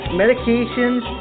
medications